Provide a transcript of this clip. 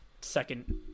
second